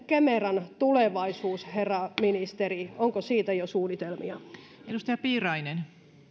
kemeran tulevaisuus herra ministeri onko siitä jo suunnitelmia